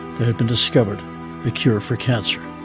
it had been discovered the cure for cancer.